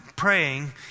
praying